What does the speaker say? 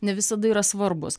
ne visada yra svarbūs